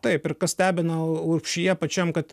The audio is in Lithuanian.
taip ir kas stebina urbšyje pačiam kad